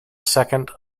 second